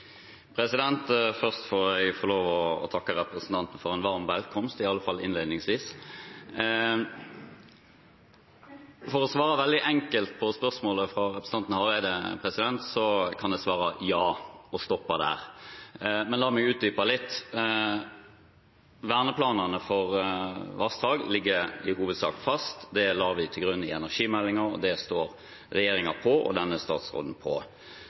Først får jeg få lov til å takke representanten for en varm velkomst – i alle fall innledningsvis. For å svare veldig enkelt på spørsmålet fra representanten Hareide kan jeg svare ja og stoppe der. Men la meg utdype litt. Verneplanene for vassdrag ligger i hovedsak fast, det la vi til grunn i energimeldingen, og det står regjeringen og denne statsråden på.